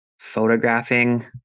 photographing